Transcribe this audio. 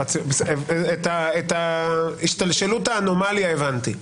את השתלשלות האנומליה הבנתי,